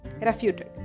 refuted